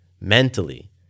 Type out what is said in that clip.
mentally